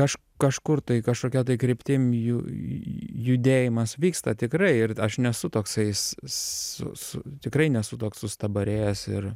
aš kažkur tai kažkokia tai kryptim ju judėjimas vyksta tikrai ir aš nesu toksai s su su tikrai nesu toks sustabarėjęs ir